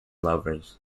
lovers